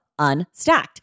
Unstacked